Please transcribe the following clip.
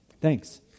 thanks